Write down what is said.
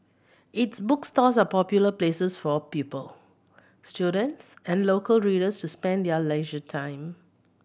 its bookstores are popular places for pupil students and local readers to spend their leisure time